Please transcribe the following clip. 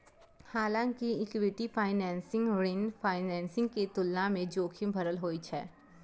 हालांकि equity financing ऋण financing के तुलना मे जोखिम भरल होइ छै